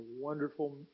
wonderful